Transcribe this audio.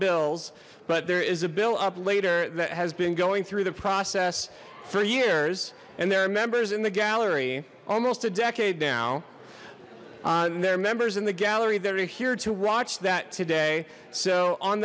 bills but there is a bill up later that has been going through the process for years and there are members in the gallery almost a decade now they're members in the gallery that are here to watch that today so on